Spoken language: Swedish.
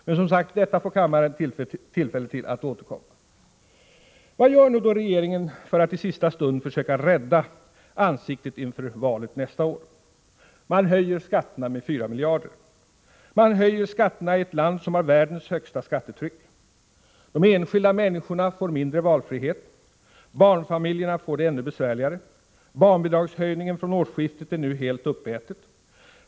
Men detta får kammaren som sagt tillfälle att återkomma till. Vad gör nu regeringen för att i sista stund försöka rädda ansiktet inför valet nästa år? Man höjer skatterna med 4 miljarder. Man höjer skatterna i ett land som har världens högsta skattetryck. De enskilda människorna får mindre valfrihet. Barnfamiljerna får det ännu besvärligare. Barnbidragshöjningen från årsskiftet är nu helt uppäten.